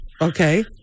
Okay